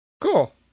Cool